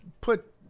put